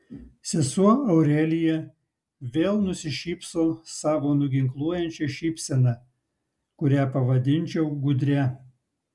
sesuo aurelija vėl nusišypso savo nuginkluojančia šypsena kurią pavadinčiau gudria